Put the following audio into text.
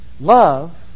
Love